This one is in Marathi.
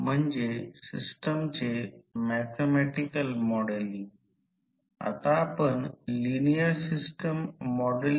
मी हे म्हणतो की हे E2 cos असेल याचा अर्थ असा आहे की ही गोष्ट आपण घेतो तर E 2 E 2 cos δ हे V2 होईल